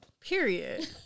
Period